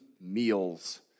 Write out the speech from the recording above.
meals